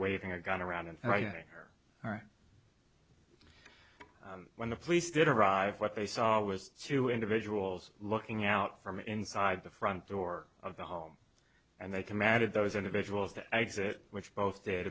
waving a gun around and writing her all right when the police did arrive what they saw was two individuals looking out from inside the front door of the home and they commanded those individuals to exit which